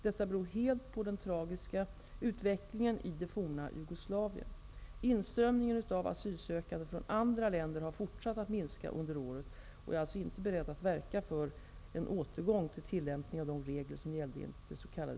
Detta beror helt på den tragiska utvecklingen i det forna Jugoslavien. Inströmningen av asylsökande från andra länder har fortsatt att minska under året. Jag är alltså inte beredd att verka för en återgång till tillämpningen av de regler som gällde enligt det s.k.